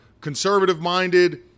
conservative-minded